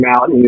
out